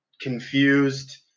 confused